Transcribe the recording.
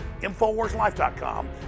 InfoWarsLife.com